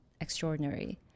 extraordinary